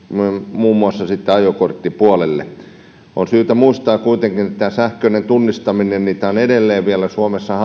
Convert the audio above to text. muun muassa ajokorttipuolelle on syytä muistaa kuitenkin että tämä sähköinen tunnistaminen on edelleen suomessa